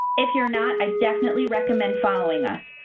if you're not, i definitely recommend following us.